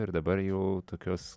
ir dabar jau tokios